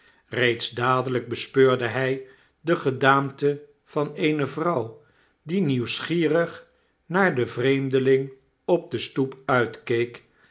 eeeds dadelyk bespeurde hy de gedaante van eene vrouw die nieuwsgierig naar den vreemdeling op de stoep uitkeek